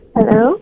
Hello